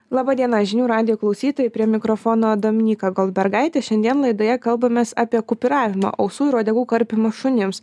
laba diena žinių radijo klausytojai prie mikrofono dominyka goldbergaitė šiandien laidoje kalbamės apie kupiūravimą ausų ir uodegų karpymą šunims